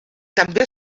també